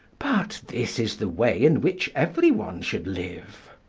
but this is the way in which everyone should live.